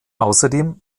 außerdem